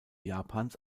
japans